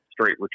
straight